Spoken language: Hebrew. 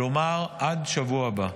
כלומר עד השבוע הבא.